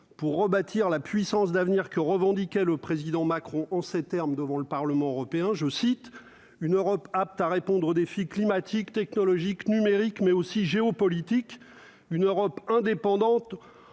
pour rebâtir la puissance d'avenir que revendiquait le président Macron en ces termes : devant le Parlement européen, je cite, une Europe apte à répondre aux défis climatiques technologiques numériques mais aussi géopolitiques une Europe indépendante,